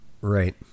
right